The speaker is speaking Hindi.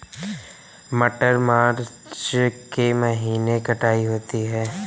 मटर मार्च के महीने कटाई होती है?